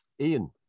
Ian